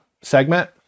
segment